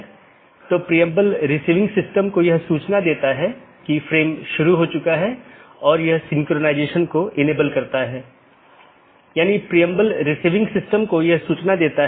जैसे अगर मै कहूं कि पैकेट न 1 को ऑटॉनमस सिस्टम 6 8 9 10 या 6 8 9 12 और उसके बाद गंतव्य स्थान पर पहुँचना चाहिए तो यह ऑटॉनमस सिस्टम का एक क्रमिक सेट है